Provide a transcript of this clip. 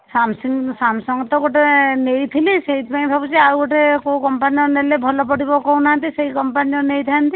Samsung Samsung ତ ଗୋଟେ ନେଇଥିଲି ସେଇଥିପାଇଁ ଭାବୁଛି ଆଉ ଗୋଟେ କେଉଁ କମ୍ପାନୀର ନେଲେ ଭଲ ପଡ଼ିବ କହୁନାହାନ୍ତି ସେଇ କମ୍ପାନୀର ନେଇଥାନ୍ତି